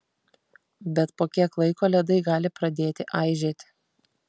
bet po kiek laiko ledai gali pradėti aižėti